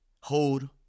hold